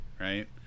right